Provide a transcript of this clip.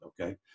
Okay